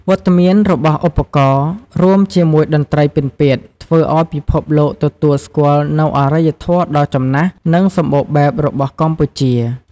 វត្តមានរបស់ឧបករណ៍ រួមជាមួយតន្ត្រីពិណពាទ្យ ធ្វើឱ្យពិភពលោកទទួលស្គាល់នូវអរិយធម៌ដ៏ចំណាស់ និងសម្បូរបែបរបស់កម្ពុជា។